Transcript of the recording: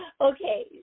okay